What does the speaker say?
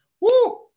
woo